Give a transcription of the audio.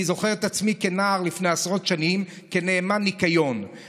אני זוכר את עצמי כנער נאמן ניקיון לפני עשרות שנים.